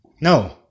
No